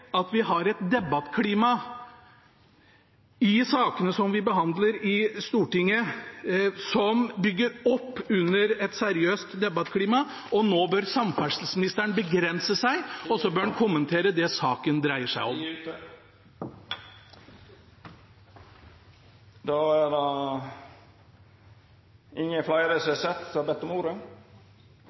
at vi har et debattklima i sakene vi behandler i Stortinget som bygger opp under et seriøst debattklima. Nå bør samferdselsministeren begrense seg til å kommentere det saken dreier seg om. Representanten Morten Stordalen har hatt ordet